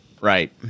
Right